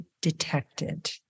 detected